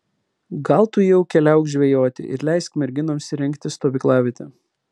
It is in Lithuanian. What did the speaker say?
gal tu jau keliauk žvejoti ir leisk merginoms įrengti stovyklavietę